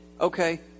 Okay